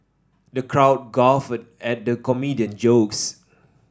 the crowd guffawed at the comedian jokes